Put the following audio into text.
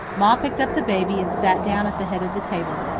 ma picked up the baby and sat down at the head of the table.